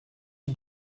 you